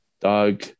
Doug